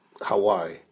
Hawaii